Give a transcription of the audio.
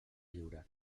lliure